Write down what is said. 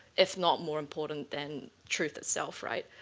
if not more, important than truth itself, right?